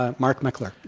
ah mark meckler.